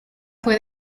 fue